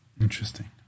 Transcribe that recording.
Interesting